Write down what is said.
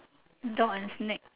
dog and snake